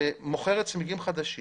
שמוכרת צמיגים חדשים,